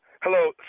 Hello